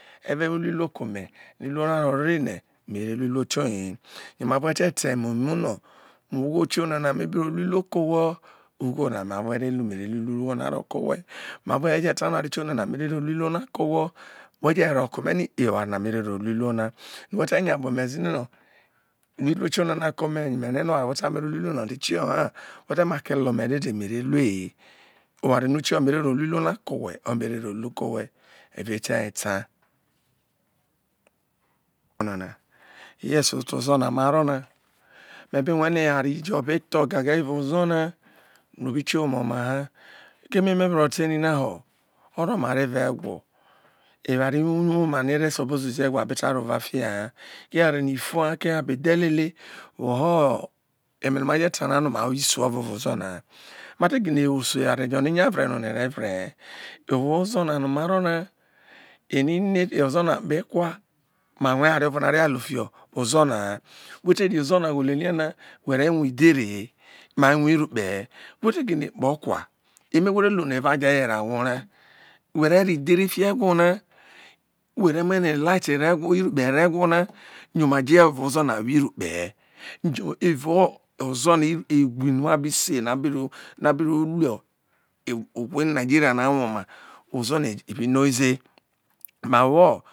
Eve we lu iruo ko me ave iruo ra ro re ene mere lu iruo tioye he yo mavo owhe te ta eme mu no unigho tiona na me bi ro lu iruo. ko owheo ugho na mavo we re ta no eware tiona na. mere ro lu iruo na ko we ọ we je rọ nọ mero lu iruo na me te we je rọ kome eware na me ro lu iruo na we te nya bru ome ze no oware tiona mere ro lu iruo na yo merk no eware ikiọhọ mere lu e hi eware no ikiọhọ me ro lu iruo na kowe, ọ ye mero lu ko we evao ete. ye ta onana yes oto ozo na maro na ma be rue no eware jo be tho gage evao ozo na no bi kieho, ime oma ha eme me b ro ta ere na ho otero no ma re va egwo ewan woma no ere surpose ze egwo abe ta ro ova fiaha ko eware ni to ha ke eye abe dhe lele who eme nọ ma je ta na nọ ma wo isu ovo evao ozọ na he ma te gine wo osu eware jo no enga vre no na ere vre he yo evao ozo na no maro na eni no ozo na kpe ekwa ma rue oware ovo na area lu fio ozo naha wete ri ozo na ghelie nine na were rue idhere he ma rue iru kpe he we te gine kpo okwa eme wo re lu nọ eva je were ahwo re we re ro idhere ti ho egwo na were rue no elite irukpe re egwo na yo ma jo evao ozo na wo irukpe he ojo evao ozo ewiri no ma bi se na bi ro luo i obo nigera na wõ ma ozo na ibi no ze mà wọ.